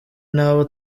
n’abo